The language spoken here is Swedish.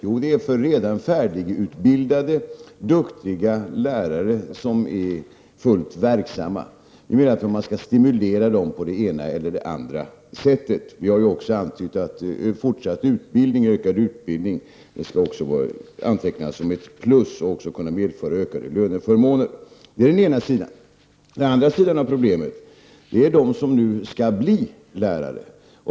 Ja, det är redan färdigutbildade, duktiga lärare som är fullt verksamma. Vi menar att de skall stimuleras på det ena eller det andra sättet. Vi har också antytt att fortsatt och ökad utbildning skall antecknas som ett plus och kunna medföra ökade löneförmåner. Den andra sidan av problemet är de som nu skall bli lärare.